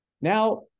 now